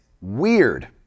weird